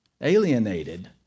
alienated